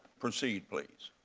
proceed, please.